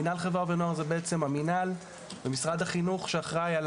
מינהל חברה ונוער הוא המינהל במשרד החינוך שאחראי על